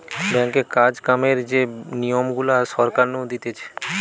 ব্যাঙ্কে কাজ কামের যে নিয়ম গুলা সরকার নু দিতেছে